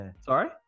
Sorry